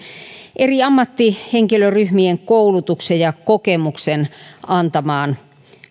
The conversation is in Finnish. eri ammattihenkilöryhmien koulutuksen ja kokemuksen antamaan